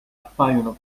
appaiono